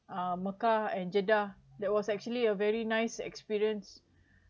uh mecca and jeddah that was actually a very nice experience